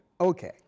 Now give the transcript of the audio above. Okay